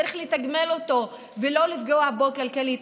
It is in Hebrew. צריך לתגמל אותו ולא לפגוע בו כלכלית.